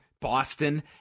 Boston